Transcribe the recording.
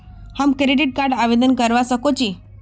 हम credit card आवेदन करवा संकोची?